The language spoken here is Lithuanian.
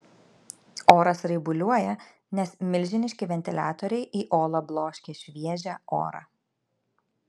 oras raibuliuoja nes milžiniški ventiliatoriai į olą bloškia šviežią orą